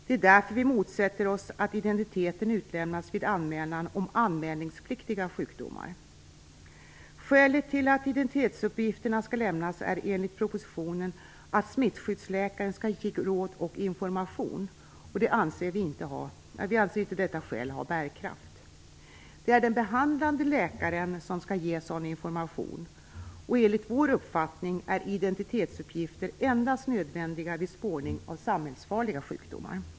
Det är därför som vi motsätter oss att identiteten utlämnas vid anmälan om anmälningspliktiga sjukdomar. Skälet till att identitetsuppgifter skall lämnas är enligt propositionen att smittskyddsläkaren skall ge råd och information. Vi anser inte att detta skäl har bärkraft. Det är den behandlande läkaren som skall ge sådan information. Enligt vår uppfattning är identitetsuppgifter endast nödvändiga vid spårning av samhällsfarliga sjukdomar.